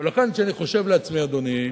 ולכן, אני חושב לעצמי, אדוני,